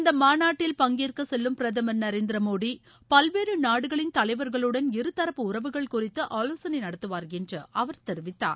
இந்த மாநாட்டில் பங்கேற்க செல்லும் பிரதமர் நரேந்திர மோடி பல்வேறு நாடுகளின் தலைவர்களுடன் இருதரப்பு உறவுகள் குறித்து ஆலோசனை நடத்துவார் என்று அவர் தெரிவித்தார்